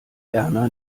erna